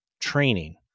training